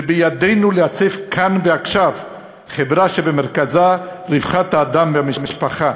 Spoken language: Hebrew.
זה בידינו לעצב כאן ועכשיו חברה שבמרכזה רווחת האדם והמשפחה,